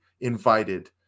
invited